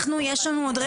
יש לנו עוד רבע שעה.